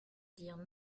dire